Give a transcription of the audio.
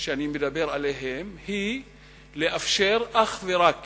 שאני מדבר עליהן היא לאפשר אך ורק